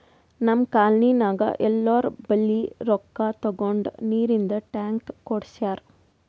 ನಮ್ ಕಾಲ್ನಿನಾಗ್ ಎಲ್ಲೋರ್ ಬಲ್ಲಿ ರೊಕ್ಕಾ ತಗೊಂಡ್ ನೀರಿಂದ್ ಟ್ಯಾಂಕ್ ಕುಡ್ಸ್ಯಾರ್